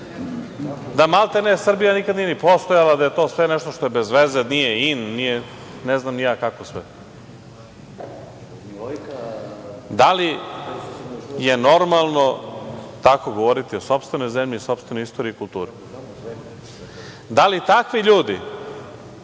maltene, da Srbija nikada nije ni postojala, da je to sve nešto što je bez veze, da nije in, nije, ne znam ni ja kako sve. Da li je normalno tako govoriti o sopstvenoj zemlji i sopstvenoj istoriji i kulturi? Da li takvi ljudi